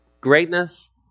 Greatness